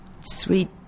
Sweet